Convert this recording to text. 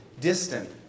distant